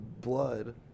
blood